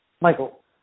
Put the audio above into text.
Michael